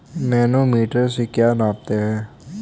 Manometer से क्या नापते हैं?